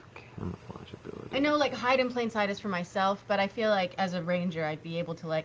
camouflage ability laura i know like hide in plain sight is for myself, but i feel like as a ranger i'd be able to like